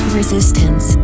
resistance